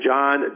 John